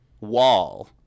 wall